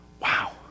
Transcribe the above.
wow